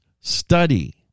study